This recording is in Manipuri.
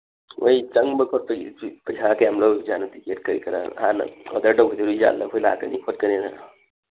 ꯃꯣꯏ ꯆꯪꯕ ꯈꯣꯠꯄꯒꯤꯁꯤ ꯄꯩꯁꯥ ꯀꯌꯥ ꯂꯧꯔꯤꯖꯥꯠꯅꯣ ꯇꯤꯀꯦꯠ ꯀꯔꯤ ꯀꯔꯥ ꯍꯥꯟꯅ ꯑꯣꯗꯔ ꯇꯧꯒꯤꯗꯣꯏꯖꯥꯠꯂ ꯑꯩꯈꯣꯏ ꯂꯥꯛꯀꯅꯤ ꯈꯣꯠꯀꯅꯤꯅ